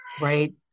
right